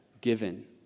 given